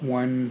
one